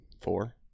four